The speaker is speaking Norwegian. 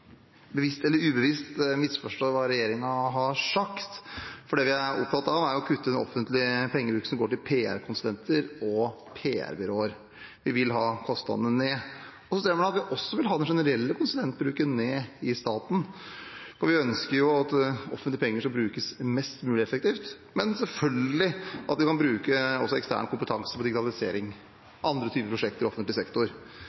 bevisst eller ubevisst – misforstår hva regjeringen har sagt. Det vi er opptatt av, er å kutte i den offentlige pengebruken til PR-konsulenter og PR-byråer. Vi vil ha kostnadene ned. Det stemmer at vi også vil ha ned den generelle bruken av konsulenter i staten. Vi ønsker at det offentliges penger skal brukes mest mulig effektivt, men man skal selvfølgelig kunne bruke ekstern kompetanse til digitalisering eller andre typer prosjekter i offentlig sektor. Regjeringens utgangspunkt er at vi